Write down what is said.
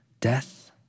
Death